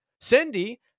Cindy